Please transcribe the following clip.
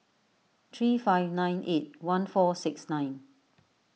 three five nine eight one four six nine